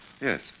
Yes